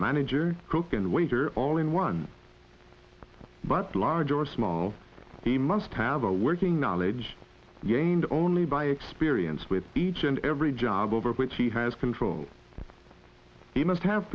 manager cook and waiter all in one but large or small he must have a working knowledge gained only by experience with each and every job over which he has control he must have